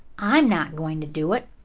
i'm not going to do it.